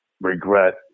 regret